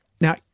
Now